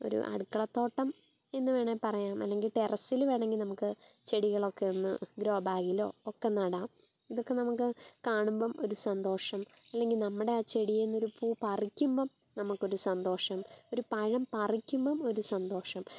ഒരു അടുക്കള തോട്ടം എന്ന് വേണേൽ പറയാം അല്ലെങ്കിൽ ടെറസ്സിൽ വേണമെങ്കിൽ നമുക്ക് ചെടികളൊക്കെ ഒന്ന് ഗ്രോ ബാഗിലോ ഒക്കെ നടാം ഇതൊക്കെ നമുക്ക് കാണുമ്പം ഒരു സന്തോഷം അല്ലെങ്കിൽ നമ്മുടെ ആ ചെടീന്ന് ഒരു പൂ പറിക്കുമ്പോൾ നമുക്കൊരു സന്തോഷം ഒരു പഴം പറിക്കുമ്പം ഒരു സന്തോഷം